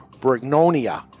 Brignonia